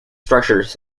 structures